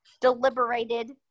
Deliberated